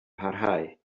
parhau